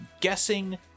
guessing